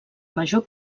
major